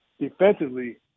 defensively